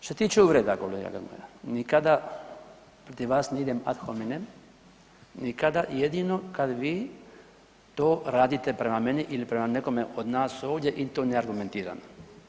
Što se tiče uvreda kolega Grmoja nikada protiv vas ne idem ad hominem, nikada jedino kad vi to radite prema meni ili prema nekome od nas ovdje i to neargumentirano.